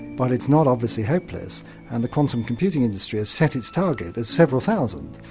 but it's not obviously hopeless and the quantum computing industry has set its target at several thousand.